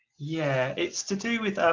yeah it's to do with